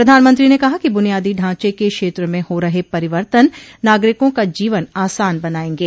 प्रधानमंत्री ने कहा कि बुनियादी ढांचे के क्षेत्र में हो रहे परिवर्तन नागरिकों का जीवन आसान बनायेंगे